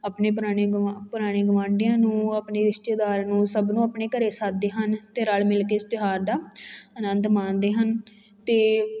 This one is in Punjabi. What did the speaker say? ਆਪਣੇ ਪੁਰਾਣੇ ਗਵਾਂ ਪੁਰਾਣੇ ਗਵਾਂਢੀਆਂ ਨੂੰ ਆਪਣੇ ਰਿਸ਼ਤੇਦਾਰ ਨੂੰ ਸਭ ਨੂੰ ਆਪਣੇ ਘਰੇ ਸੱਦਦੇ ਹਨ ਅਤੇ ਰਲ ਮਿਲ ਕੇ ਇਸ ਤਿਉਹਾਰ ਦਾ ਆਨੰਦ ਮਾਣਦੇ ਹਨ ਅਤੇ